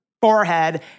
forehead